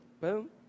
Boom